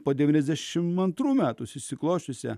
po devyniasdešimt antrų metų susiklosčiusią